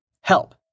Help